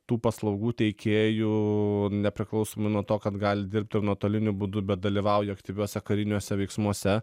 tų paslaugų teikėjų nepriklausomai nuo to kad gali dirbt ir nuotoliniu būdu bet dalyvauja aktyviuose kariniuose veiksmuose